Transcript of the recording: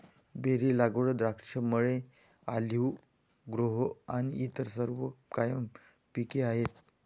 berry लागवड, द्राक्षमळे, olive grove आणि इतर सर्व कायम पिके आहेत